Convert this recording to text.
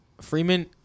Freeman